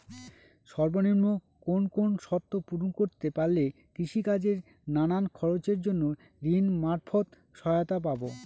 সর্বনিম্ন কোন কোন শর্ত পূরণ করতে পারলে কৃষিকাজের নানান খরচের জন্য ঋণ মারফত সহায়তা পাব?